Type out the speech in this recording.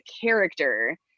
character